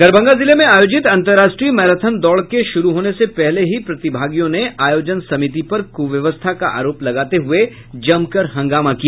दरभंगा जिले में आयोजित अंतर्राष्ट्रीय मैराथन दौड़ के शुरु होने से पहले ही प्रतिभागियो ने आयोजन समिति पर कुव्यवस्था का आरोप लगाते हुए जमकर हंगामा किया